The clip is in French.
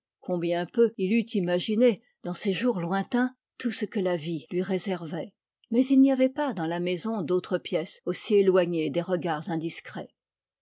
combien peu il eût imaginé dans ces jours lointains tout ce que la vie lui réservait mais il n'y avait pas dans la maison d'autre pièce aussi éloignée des regards indiscrets